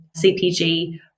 CPG